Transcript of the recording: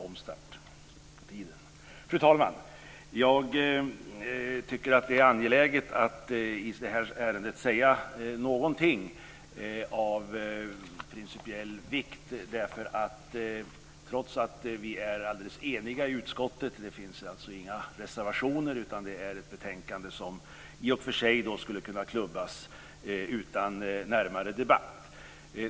Fru talman! Jag tycker att det är angeläget att i det här ärendet säga någonting av principiell vikt. Vi är alldeles eniga i utskottet. Det finns inga reservationer, utan det här är ett betänkande som i och för sig skulle kunna klubbas utan närmare debatt.